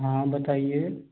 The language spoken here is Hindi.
हाँ बताइए